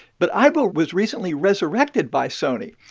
but aibo was recently resurrected by sony,